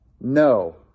No